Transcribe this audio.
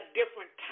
different